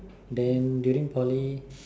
then during Poly